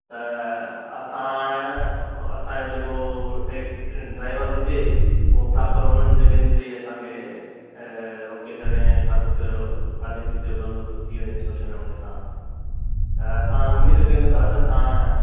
त असां असांजो जेको टे ड्राइवर हुजे उहा प्रोपर उन्हनि जॻहियुनि ते असांखे ऐं रोके करे ऐं खाधो पीतो खाधे पीते जो बंदोबस्तु थी वञे सुठे नमूने सां ऐं असां उमेदु कयूं था त तव्हां